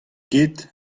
get